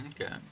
Okay